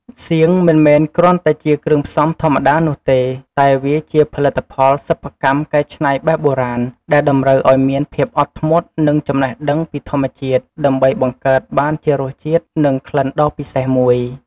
សៀង មិនមែនគ្រាន់តែជាគ្រឿងផ្សំធម្មតានោះទេ តែវាជាផលិតផលសិប្បកម្មកែច្នៃបែបបុរាណ ដែលតម្រូវឱ្យមានភាពអត់ធ្មត់ និងចំណេះដឹងពីធម្មជាតិ ដើម្បីបង្កើតបានជារសជាតិ និងក្លិនដ៏ពិសេសមួយ។